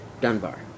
Dunbar